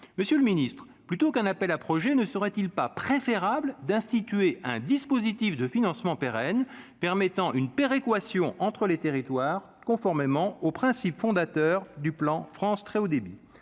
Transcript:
monsieur le Ministre, plutôt qu'un appel à projets ne serait-il pas préférable d'instituer un dispositif de financement pérenne permettant une péréquation entre les territoires, conformément aux principes fondateurs du plan France très haut débit,